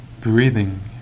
breathing